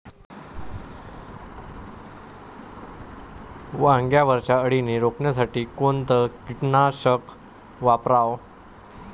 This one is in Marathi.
वांग्यावरच्या अळीले रोकासाठी कोनतं कीटकनाशक वापराव?